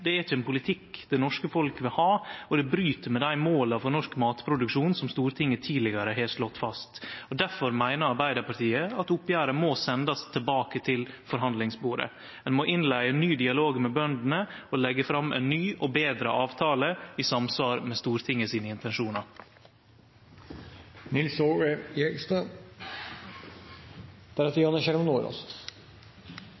det er ikkje ein politikk det norske folk vil ha, og det bryt med dei måla for norsk matproduksjon som Stortinget tidlegare har slått fast. Derfor meiner Arbeidarpartiet at oppgjeret må sendast tilbake til forhandlingsbordet. Ein må innleia ein ny dialog med bøndene og leggje fram ein ny og betre avtale i samsvar med Stortingets intensjonar.